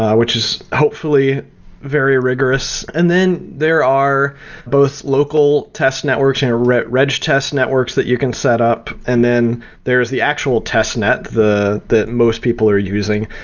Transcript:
which is hopefully very rigorous. and then there are both local test networks and a reg reg test networks that you can set up, and then there's the actual test net that most people are using,